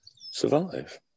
survive